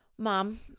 Mom